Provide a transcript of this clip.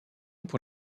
pour